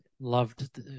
loved